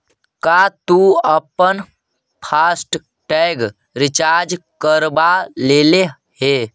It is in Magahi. का तु अपन फास्ट टैग रिचार्ज करवा लेले हे?